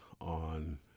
on